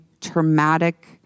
traumatic